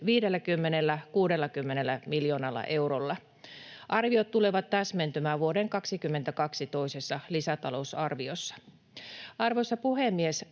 50—60 miljoonalla eurolla. Arviot tulevat täsmentymään vuoden 22 toisessa lisätalousarviossa. Arvoisa puhemies!